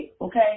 okay